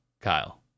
Kyle